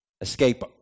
escape